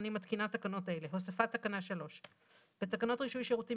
אני מתקינה תקנות האלה: הוספת תקנה 3. בתקנות רישוי שירותים